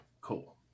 cool